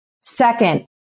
Second